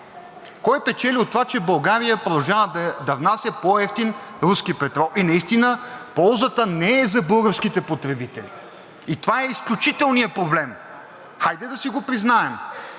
Кой печели от това, че България продължава да внася по-евтин руски петрол? Наистина ползата не е за българските потребители и това е изключителният проблем. Хайде да си го признаем.